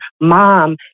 mom